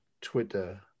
Twitter